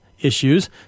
issues